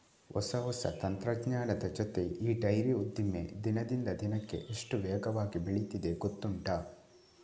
ಹೊಸ ಹೊಸ ತಂತ್ರಜ್ಞಾನದ ಜೊತೆ ಈ ಡೈರಿ ಉದ್ದಿಮೆ ದಿನದಿಂದ ದಿನಕ್ಕೆ ಎಷ್ಟು ವೇಗವಾಗಿ ಬೆಳೀತಿದೆ ಗೊತ್ತುಂಟಾ